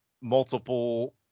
multiple